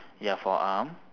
ya forearm